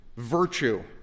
Virtue